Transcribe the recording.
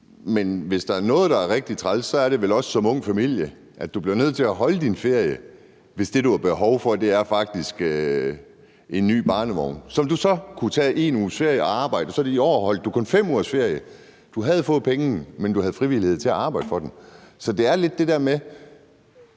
Men hvis der er noget, der er rigtig træls, er det vel også, at man som ung familie bliver nødt til at holde ferie, hvis det, man har behov for, faktisk er en ny barnevogn. Så kunne man tage 1 uges ferie ud og arbejde, sådan at man det år kun holdt 5 ugers ferie. Man havde fået pengene, men man havde frihed til at arbejde for dem. Så det er lidt det der med,